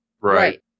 right